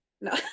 No